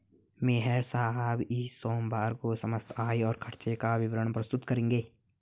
मेहरा साहब इस सोमवार को समस्त आय और खर्चों का विवरण प्रस्तुत करेंगे